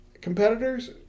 competitors